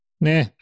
Nah